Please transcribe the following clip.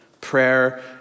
Prayer